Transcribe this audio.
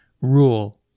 rule